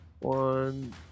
One